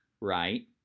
Right